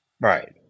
Right